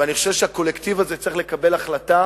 ואני חושב שהקולקטיב הזה צריך לקבל החלטה.